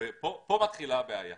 ופה מתחילה הבעיה.